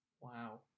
Wow